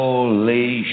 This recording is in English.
Holy